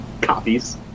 copies